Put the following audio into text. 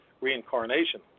reincarnation